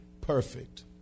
perfect